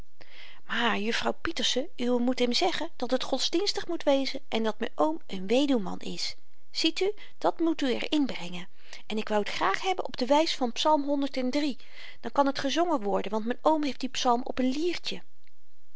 maar jufvrouw pieterse uwe moet hem zeggen dat het godsdienstig moet wezen en dat m'n oom n weduwman is ziet u dat moet u er in brengen en ik wou t graag hebben op de wys van psalm dan kan t gezongen worden want m'n oom heeft die psalm op n liertje